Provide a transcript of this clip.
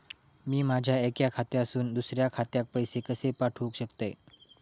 मी माझ्या एक्या खात्यासून दुसऱ्या खात्यात पैसे कशे पाठउक शकतय?